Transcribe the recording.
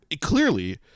Clearly